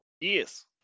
Yes